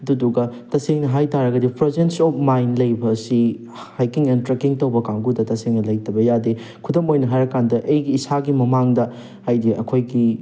ꯑꯗꯨꯗꯨꯒ ꯇꯁꯦꯡꯅ ꯍꯥꯏ ꯇꯥꯔꯒꯗꯤ ꯄ꯭ꯔꯖꯦꯟꯁ ꯑꯣꯐ ꯃꯥꯏꯟ ꯂꯩꯕ ꯑꯁꯤ ꯍꯥꯏꯀꯤꯡ ꯑꯦꯟ ꯇ꯭ꯔꯦꯛꯀꯤꯡ ꯇꯧꯕ ꯀꯥꯡꯕꯨꯗ ꯇꯁꯦꯡꯅ ꯂꯩꯇꯕ ꯌꯥꯗꯦ ꯈꯨꯗꯝ ꯑꯣꯏꯅ ꯍꯥꯏꯔ ꯀꯥꯟꯗ ꯑꯩꯒꯤ ꯏꯁꯥꯒꯤ ꯃꯃꯥꯡꯗ ꯍꯥꯏꯗꯤ ꯑꯩꯈꯣꯏꯒꯤ